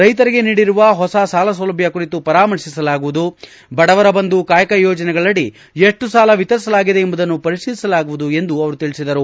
ರೈತರಿಗೆ ನೀಡಿರುವ ಹೊಸ ಸಾಲ ಸೌಲಭ್ಲ ಕುರಿತು ಪರಾಮರ್ಶಿಸಲಾಗುವುದು ಬಡವರ ಬಂಧು ಕಾಯಕ ಯೋಜನೆಗಳಡಿ ಎಷ್ಟು ಸಾಲ ವಿತರಿಸಲಾಗಿದೆ ಎಂಬುದನ್ನು ಪರಿತೀಲಿಸಲಾಗುವುದು ಎಂದು ಅವರು ತಿಳಿಸಿದರು